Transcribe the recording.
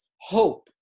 hope